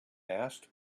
asked